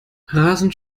rasend